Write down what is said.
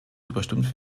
überstimmt